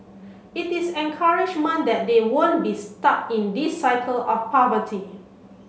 it is encouragement that they won't be stuck in this cycle of poverty